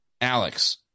Alex